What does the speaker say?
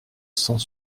cent